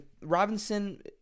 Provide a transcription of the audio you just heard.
Robinson